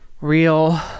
Real